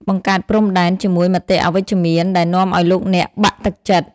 បង្កើតព្រំដែន ជាមួយមតិអវិជ្ជមានដែលនាំឱ្យលោកអ្នកបាក់ទឹកចិត្ត។